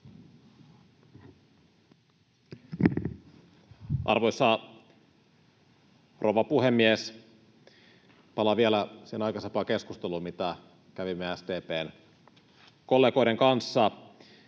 Arvoisa rouva puhemies! Palaan vielä siihen aikaisempaan keskusteluun, mitä kävimme SDP:n kollegoiden kanssa.